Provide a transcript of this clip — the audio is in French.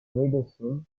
médecine